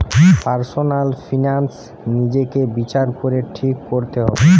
personal finance নিজেকে বিচার করে ঠিক কোরতে হবে